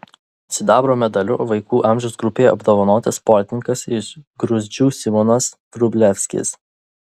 sidabro medaliu vaikų amžiaus grupėje apdovanotas sportininkas iš gruzdžių simonas vrublevskis